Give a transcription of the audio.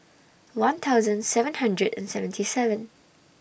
one thousand seven hundred and seventy seven